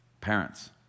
Parents